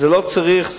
לא צריך.